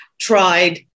tried